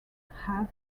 have